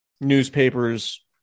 newspapers